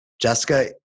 Jessica